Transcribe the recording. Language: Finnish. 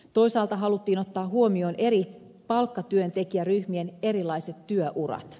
toisaalta haluttiin ottaa huomioon eri palkkatyöntekijäryhmien erilaiset työurat